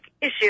issue